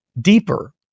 deeper